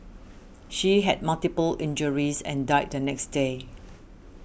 she had multiple injuries and died the next day